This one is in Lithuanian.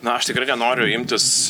na aš tikrai nenoriu imtis